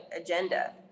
agenda